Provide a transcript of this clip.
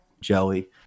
Joey